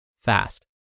fast